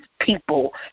people